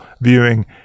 viewing